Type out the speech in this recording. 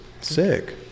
Sick